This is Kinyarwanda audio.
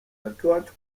akiwacu